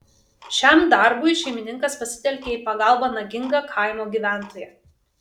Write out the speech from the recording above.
šiam darbui šeimininkas pasitelkė į pagalbą nagingą kaimo gyventoją